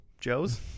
Joe's